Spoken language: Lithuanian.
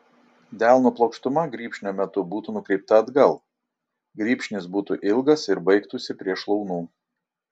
delno plokštuma grybšnio metu būtų nukreipta atgal grybšnis būtų ilgas ir baigtųsi prie šlaunų